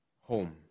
home